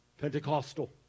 Pentecostal